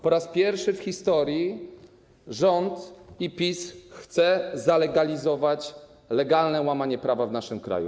Po raz pierwszy w historii rząd i PiS chcą zalegalizować łamanie prawa w naszym kraju.